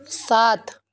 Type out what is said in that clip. ساتھ